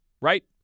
right